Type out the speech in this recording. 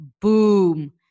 Boom